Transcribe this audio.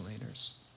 leaders